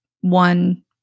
one